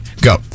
Go